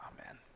Amen